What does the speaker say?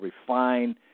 refine